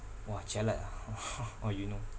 !wah! jialat ah or you know